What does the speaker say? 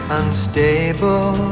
unstable